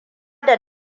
da